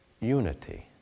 unity